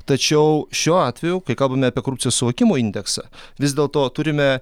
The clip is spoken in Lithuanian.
tačiau šiuo atveju kai kalbame apie korupcijos suvokimo indeksą vis dėl to turime